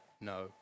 no